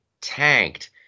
tanked